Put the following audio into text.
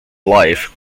life